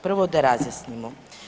Prvo da razjasnimo.